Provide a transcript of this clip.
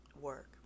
work